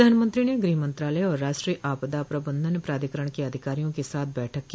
प्रधानमंत्री ने गृह मंत्रालय और राष्ट्रीय आपदा प्रबंधन प्राधिकरण के अधिकारियों के साथ बैठक की